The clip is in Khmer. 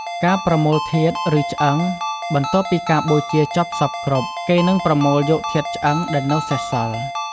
ការប្រមូលធាតុ ឬឆ្អឹង បន្ទាប់ពីការបូជាចប់សព្វគ្រប់ គេនឹងប្រមូលយកធាតុឆ្អឹងដែលនៅសេសសល់។